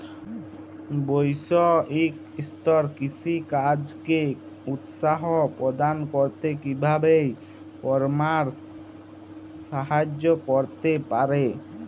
বৈষয়িক স্তরে কৃষিকাজকে উৎসাহ প্রদান করতে কিভাবে ই কমার্স সাহায্য করতে পারে?